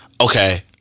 Okay